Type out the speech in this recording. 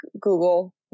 Google